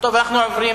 אנחנו עוברים